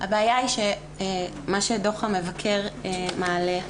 הבעיה היא שמה שדוח המבקר מעלה,